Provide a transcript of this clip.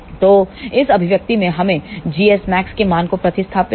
तो इस अभिव्यक्ति में हमें gsmaxके मान को प्रतिस्थापित करना